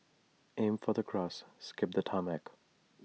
aim for the grass skip the tarmac